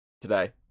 today